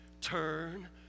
Turn